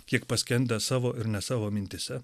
kiek paskendę savo ir ne savo mintyse